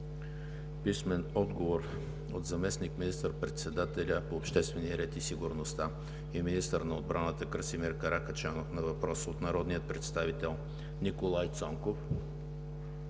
Иванов; - заместник министър-председателя по обществения ред и сигурността и министър на отбраната Красимир Каракачанов на въпрос от народния представител Иван